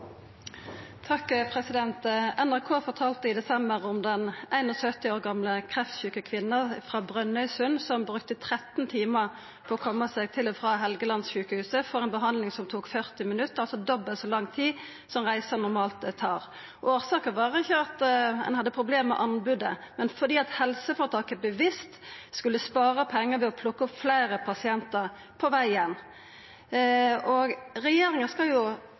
NRK fortalde i desember om den 71 år gamle kreftsjuke kvinna frå Brønnøysund som brukte 13 timar på å koma seg til og frå Helgelandssykehuset for ei behandling som tok 40 minutt, altså dobbelt så lang tid som reisa normalt tar. Årsaka var ikkje at ein hadde problem med anbodet, men at helseføretaket bevisst skulle spara pengar ved å plukka opp fleire pasientar på vegen. Regjeringa skal jo